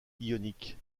ionique